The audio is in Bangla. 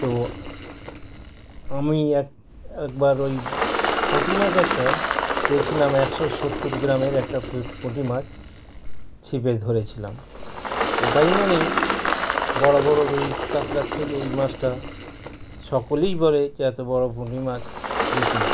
তো আমি একবার ওই পুঁটি মাছ একটা পেয়েছিলাম একশো সত্তর গ্রামের একটা পুঁটি মাছ ছিপে ধরেছিলাম ওটাই মানে বড় বড় রুই কাতলার থেকে এই মাছটা সকলেই বলে যে এত বড় পুঁটি মাছ দেখি না